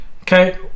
okay